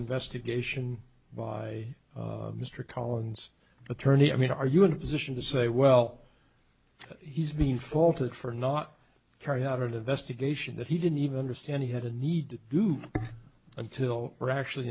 investigation by mr collins attorney i mean are you had positioned to say well he's been faulted for not carry out of the investigation that he didn't even understand he had a need to do until we're actually